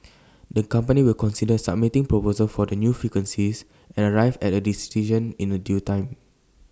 the company will consider submitting proposals for the new frequencies and arrive at A decision in A due time